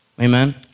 Amen